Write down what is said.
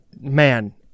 man